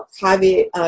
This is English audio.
private